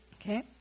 Okay